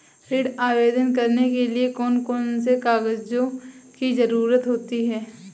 ऋण आवेदन करने के लिए कौन कौन से कागजों की जरूरत होती है?